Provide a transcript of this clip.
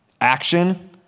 action